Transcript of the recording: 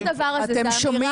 לא יכול להיות הדבר הזה.